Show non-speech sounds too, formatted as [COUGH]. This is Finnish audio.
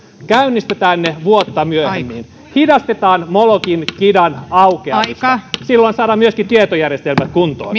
käynnistetään ne vuotta myöhemmin hidastetaan molokin kidan aukeamista silloin saadaan myöskin tietojärjestelmät kuntoon [UNINTELLIGIBLE]